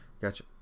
Gotcha